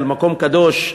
על מקום קדוש,